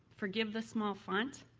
for give the small font.